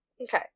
Okay